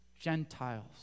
Gentiles